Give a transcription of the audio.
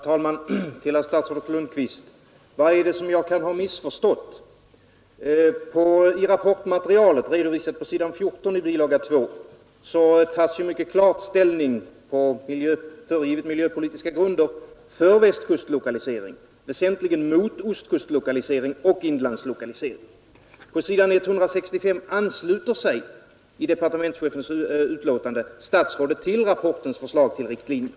Herr talman! Vad är det som jag kan ha missförstått, herr statsrådet Lundkvist? I rapportmaterialet — redovisat på s. 14 i bilaga 2 tas ju mycket klart ställning, på föregivet miljöpolitiska grunder, för Västkustlokalisering och väsentligen mot ostkustlokalisering och inlandslokalisering. På s. 165 ansluter sig departementschefen i sitt uttalande till rapportens förslag till riktlinjer.